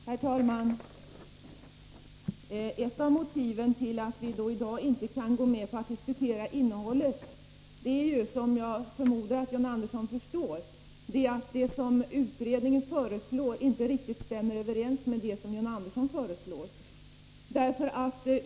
Herr talman! Ett av motiven till att vi i dag inte kan gå med på att diskutera innehållet är, som jag förmodar att John Andersson förstår, att det som utredningen föreslår inte riktigt stämmer överens med det som John Andersson föreslår.